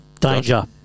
Danger